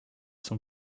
sont